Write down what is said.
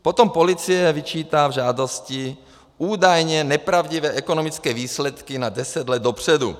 Potom policie vyčítá žádosti údajně nepravdivé ekonomické výsledky na deset let dopředu.